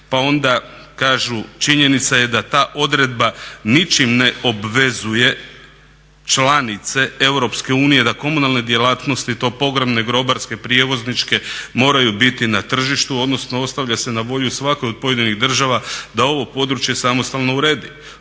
pa onda kažu činjenica je da ta odredba ničim ne obvezuje članice EU da komunalne djelatnosti i to pogrebne, grobarske, prijevozničke moraju biti na tržištu odnosno ostavlja se na volju svakoj od pojedinih država da ovo područje samostalno uredi.